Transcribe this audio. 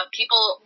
people